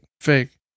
Fake